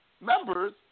members